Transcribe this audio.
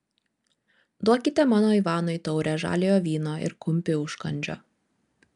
duokite mano ivanui taurę žaliojo vyno ir kumpį užkandžio